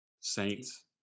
Saints